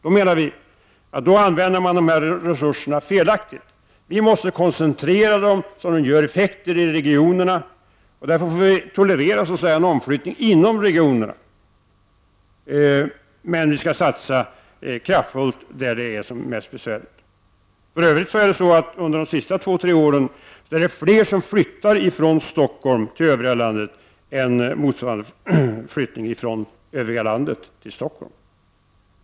Då menar vi att dessa resurser används felaktigt. Vi måste koncentrera stöden så, att de ger effekter i regionerna, och därmed får vi tolerera en omflyttning inom regionerna. Men vi skall satsa kraftfullt där det är som mest besvärligt. För övrigt har det under de senaste två tre åren varit fler som flyttat från Stockholm till övriga landet än som har flyttat från det övriga landet till Stockholm.